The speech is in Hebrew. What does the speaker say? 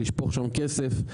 לשפוך שם כסף,